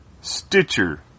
Stitcher